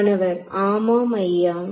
மாணவர் ஆமாம் ஐயா